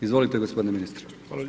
Izvolite g. ministre.